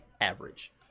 average